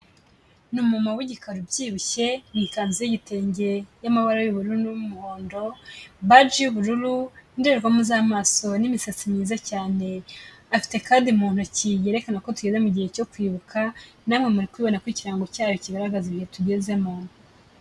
Ni umumama w'igikara ubyibushye mu ikanzu y'igitenge y'amabara y'ubururu n'umuhondo, baji y'ubururu, indorerwamo z'amaso n'imisatsi myiza cyane, afite kadi mu ntoki yerekana ko tugeze mu gihe cyo kwibuka, namwe muri kubibona ko ikirango cyayo kigaragaza ibihe tugezemo.